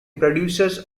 producers